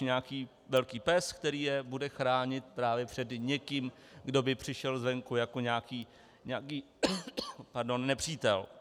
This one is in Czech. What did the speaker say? Nějaký velký pes, který je bude chránit právě před někým, kdo by přišel zvenku jako nějaký nepřítel.